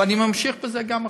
ואני ממשיך בזה גם עכשיו,